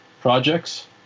projects